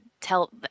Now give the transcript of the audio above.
tell